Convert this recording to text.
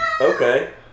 Okay